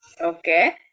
Okay